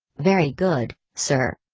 very good, sir.